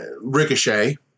Ricochet